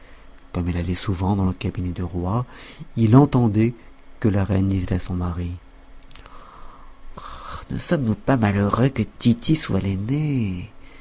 comme il allait souvent dans le cabinet du roi il entendit que la reine disait à son mari ne sommes-nous pas malheureux que tity soit l'aîné